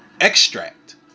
extract